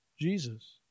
Jesus